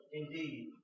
indeed